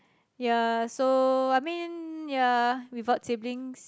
ya so I mean ya without siblings